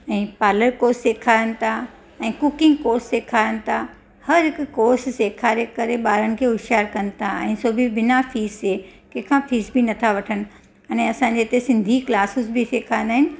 ऐं parlour course सेखारनि था ऐं कुकिंग कोर्स सेखारनि था हर हिकु कोर्स सेखारे करे ॿारनि खे हुशियारु कनि था ऐं सो बि बिना फीस जे कंहिंखां फीस बि न था वठनि अने असांजे इते सिंधी क्लासेस बि सेखारींदा आहिनि